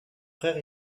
frère